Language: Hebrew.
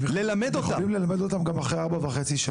הם יכולים ללמד אותם גם אחרי ארבע וחצי שנים.